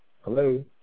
Hello